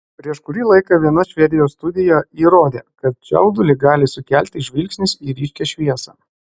prieš kurį laiką viena švedijos studija įrodė kad čiaudulį gali sukelti žvilgsnis į ryškią šviesą